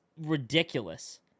ridiculous